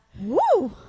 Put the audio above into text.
Woo